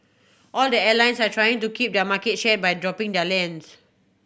all the airlines are trying to keep their market share by dropping their lines